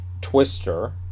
Twister